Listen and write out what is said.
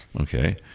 okay